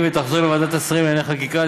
ותחזור לוועדת השרים לענייני חקיקה,